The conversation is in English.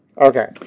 Okay